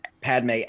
Padme